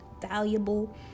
valuable